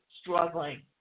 struggling